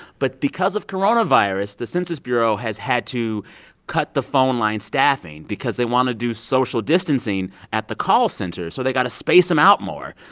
but because of coronavirus, the census bureau has had to cut the phone line staffing because they want to do social distancing at the call center, so they got to space them out more.